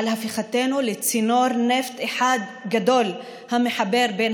על הפיכתנו לצינור נפט אחד גדול המחבר בין